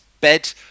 bed